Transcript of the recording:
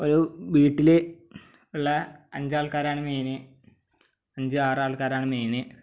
ഒരു വീട്ടിൽ ഉള്ള അഞ്ചാൾക്കാരാണ് മെയിൻ അഞ്ച് ആറ് ആൾക്കാരാണ് മെയിൻ